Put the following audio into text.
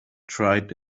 tried